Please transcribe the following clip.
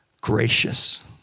gracious